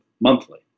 monthly